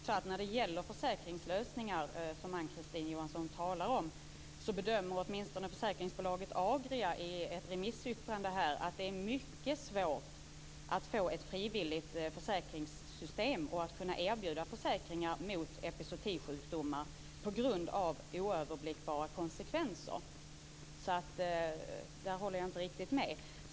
Fru talman! När det gäller försäkringslösningar, som Ann-Kristine Johansson talar om, bedömer åtminstone försäkringsbolaget Agria i ett remissyttrande att det är mycket svårt att få ett frivilligt försäkringssystem och att kunna erbjuda försäkringar mot epizootisjukdomar på grund av oöverblickbara konsekvenser, så där håller jag inte riktigt med.